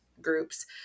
groups